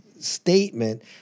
statement